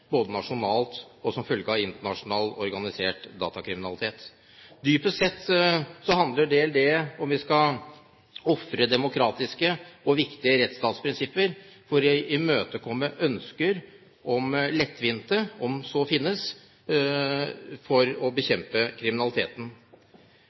både nasjonalt og som følge av internasjonal, organisert datakriminalitet. Dypest sett handler datalagringsdirektivet om hvorvidt vi skal ofre demokratiske og viktige rettsstatsprinsipper for å imøtekomme ønsker om lettvinte måter – om så finnes – å